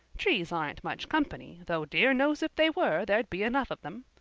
trees aren't much company, though dear knows if they were there'd be enough of them.